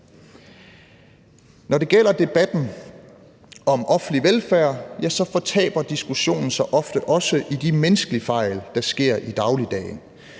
Når det gælder debatten om offentlig velfærd, fortaber diskussionen sig også ofte i de menneskelige fejl, der sker i dagligdagen.